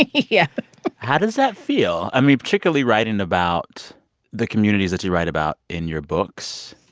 yeah how does that feel? i mean, particularly writing about the communities that you write about in your books,